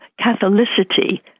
Catholicity